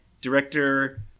director